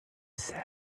say